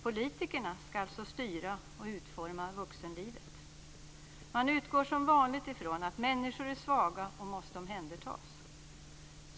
Politikerna ska alltså styra och utforma vuxenlivet. Man utgår som vanligt från att människor är svaga och måste omhändertas.